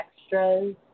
extras